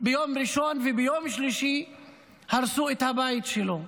ביום ראשון וביום שלישי הרסו את הבית שלו.